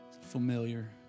Familiar